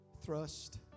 thrust